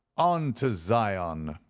on to zion!